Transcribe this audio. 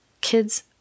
kids